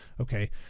Okay